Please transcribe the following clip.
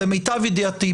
למיטב ידיעתי,